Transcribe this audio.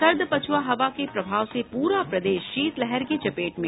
सर्द पछुआ हवा के प्रभाव से पूरा प्रदेश शीतलहर की चपेट में